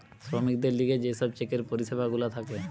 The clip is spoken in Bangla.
শ্রমিকদের লিগে যে সব চেকের পরিষেবা গুলা থাকে